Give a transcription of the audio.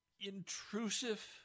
intrusive